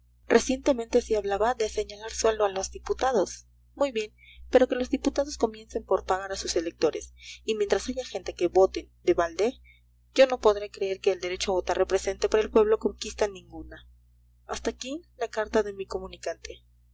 recientemente se hablaba de señalar sueldo a los diputados muy bien pero que los diputados comiencen por pagar a sus electores y mientras haya gentes que voten de balde yo no podré creer que el derecho a votar represente para el pueblo conquista ninguna hasta aquí la carta de mi comunicante